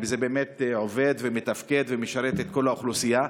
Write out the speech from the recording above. וזה באמת עובד ומתפקד ומשרת את כל האוכלוסייה.